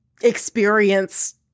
experience